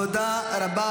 תודה רבה.